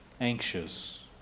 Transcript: anxious